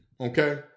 okay